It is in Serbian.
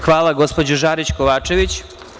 Hvala, gospođo Žarić Kovačević.